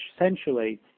essentially